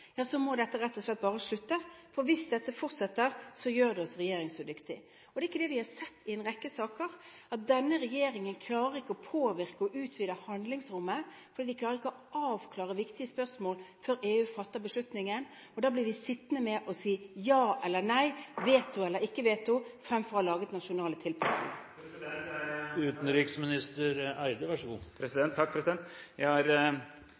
rett og slett bare må slutte, for hvis dette fortsetter, gjør det oss «regjeringsudyktige». Er det ikke det vi har sett i en rekke saker, at denne regjeringen ikke klarer å påvirke og utvide handlingsrommet, for den klarer ikke å avklare viktige spørsmål før EU fatter beslutningen? Da blir vi sittende med å si ja eller nei, veto eller ikke veto, fremfor å ha laget nasjonale tilpasninger. Jeg har forståelse for representanten Solbergs ønske om å så tvil der det er lite grunnlag for å finne tvil, men jeg